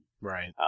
Right